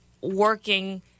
working